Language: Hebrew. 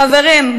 חברים,